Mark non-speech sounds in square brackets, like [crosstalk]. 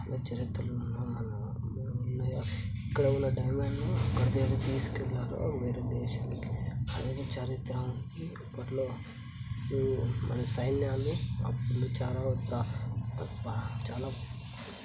చాలా చరిత్రలు [unintelligible] ఉన్నాయో ఇక్కడ ఉన్న డైమండ్ను అక్కడి దాకా తీసుకెళ్ళారు వేరే దేశానికి అలాగే చరిత్రానికి అప్పట్లో మన సైన్యాలు అప్పుడు చాలా అబ్బా చాలా